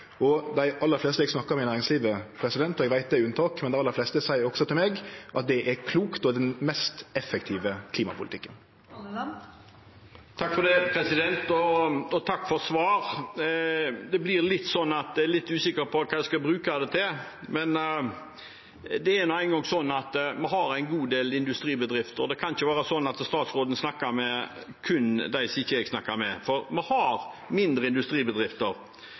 veit det er unntak, men dei aller fleste eg snakkar med i næringslivet, seier til meg at det er klokt og den mest effektive klimapolitikken. Takk for svaret. Jeg er litt usikker på hva jeg skal bruke det til. Vi har en god del industribedrifter, og det kan ikke være sånn at statsråden kun snakker med dem jeg ikke snakker med. For vi har mindre industribedrifter